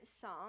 song